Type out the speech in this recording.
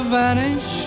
vanish